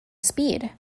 speed